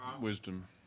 Wisdom